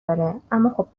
داره، اماخب